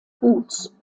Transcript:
guts